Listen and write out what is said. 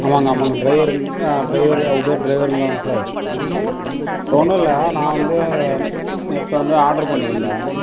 ஆமாங்க ஆமாங்க ட்ரைவருங்க ட்ரைவர் உபெர் ட்ரைவருங்தானே சார் சார் ஒன்றுயில்ல நான் வந்து நேற்று வந்து ஆர்டர் பண்ணியிருந்தேன்